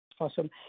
Awesome